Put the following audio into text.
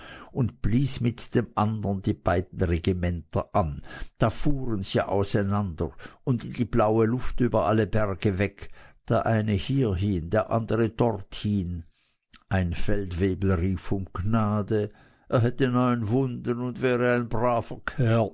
und blies mit dem andern die beiden regimenter an da fuhren sie auseinander und in die blaue luft über alle berge weg der eine hierhin der andere dorthin ein feldwebel rief um gnade er hätte neun wunden und wäre ein